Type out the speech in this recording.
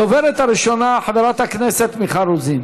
הדוברת הראשונה, חברת הכנסת מיכל רוזין.